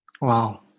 wow